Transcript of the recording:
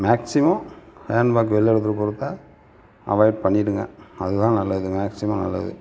maximum handbag வெளியில் எடுத்துகிட்டு போகிறத அவாய்ட் பண்ணிடுங்க அதுதான் நல்லது மேக்ஸிமம் நல்லது